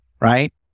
Right